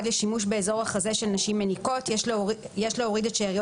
לשימוש באזור החזה של נשים מניקות: "יש להוריד את שאריות